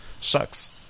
shucks